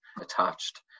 attached